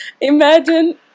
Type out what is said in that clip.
imagine